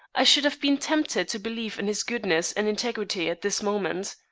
i should have been tempted to believe in his goodness and integrity at this moment.